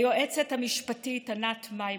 ליועצת המשפטית ענת מימון,